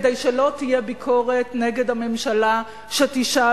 כדי שלא תהיה ביקורת נגד הממשלה שתשאל